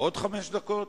עוד חמש דקות?